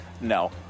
no